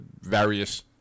various